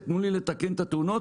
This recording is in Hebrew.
תתנו לי לתקן את התאונות.